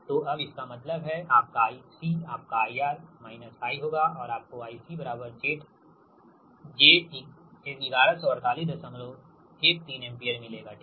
तो अब इसका मतलब है आपका IC आपका IR I होगा और आपको IC j 114813 एम्पीयर मिलेगा ठीक